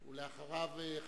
אחריו,